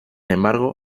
embargo